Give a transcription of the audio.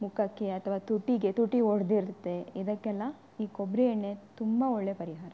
ಮುಖಕ್ಕೆ ಅಥವಾ ತುಟಿಗೆ ತುಟಿ ಒಡೆದಿರುತ್ತೆ ಇದಕ್ಕೆಲ್ಲ ಈ ಕೊಬ್ಬರಿ ಎಣ್ಣೆ ತುಂಬ ಒಳ್ಳೆಯ ಪರಿಹಾರ